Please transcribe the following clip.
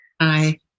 hi